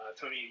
Tony